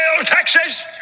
Texas